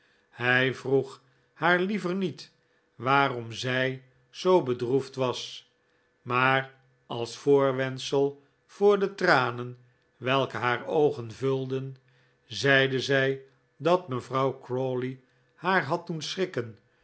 hi vroeg haar liever niet waarom zij zoo bedroefd was maar als voorwendsel voor de tranen welke haar oogen vulden zeide zij dat mevrouw crawley haar had doen schrikken